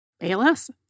ALS